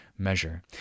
measure